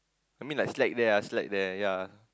I mean like slack there ah slack there yea